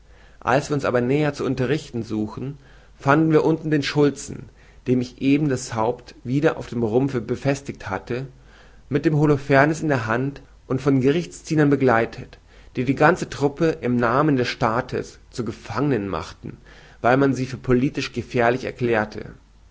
als wir uns aber näher zu unterrichten suchten fanden wir unten den schulzen dem ich eben das haupt wieder auf dem rumpfe befestigt hatte mit dem holofernes in der hand und von gerichtsdienern begleitet die die ganze truppe im namen des staates zu gefangenen machten weil man sie für politisch gefährlich erklärte